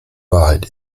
wahrheit